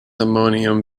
ammonium